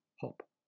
hop